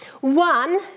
one